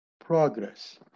progress